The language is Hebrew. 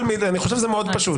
אני חושב שזה מאוד פשוט.